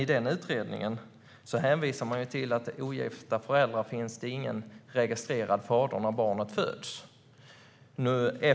I denna utredning hänvisas det till att det för ogifta föräldrar inte finns någon registrerad fader när barnet föds.